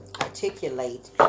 articulate